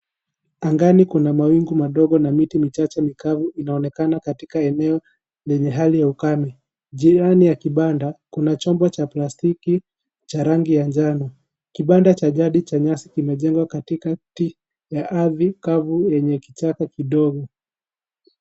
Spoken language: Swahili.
Angani kuna mawingu madogo na miti michache mikavu , inaonekana katika eneo lenye hali ya ukame . Jirani a kibanda kuna chombo cha plastiki cha rangi ya njano . Kibanda cha jadi cha nyasi kimejengwa katikati ya ardhi kavu yenye kichaka kidogo.